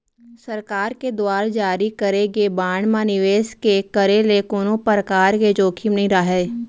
सरकार के दुवार जारी करे गे बांड म निवेस के करे ले कोनो परकार के जोखिम नइ राहय